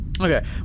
Okay